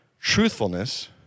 truthfulness